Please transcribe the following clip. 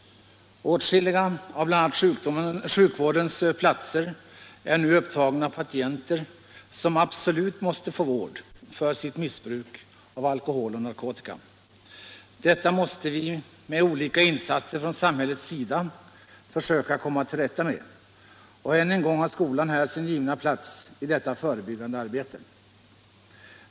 Åtskilliga av bl.a. sjukvårdens platser är nu upptagna av patienter, som absolut måste få vård för sitt missbruk av alkohol och narkotika. Detta måste vi med olika insatser från samhällets sida försöka komma till rätta med, och än en gång har skolan här sin givna plats i det förebyggande arbetet.